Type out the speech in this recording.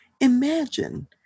Imagine